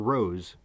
Rose